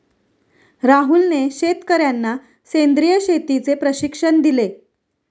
राहुलने शेतकर्यांना सेंद्रिय शेतीचे प्रशिक्षण दिले